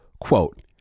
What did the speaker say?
Quote